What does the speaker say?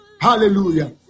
Hallelujah